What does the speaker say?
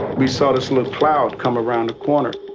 we saw this little cloud come around the corner.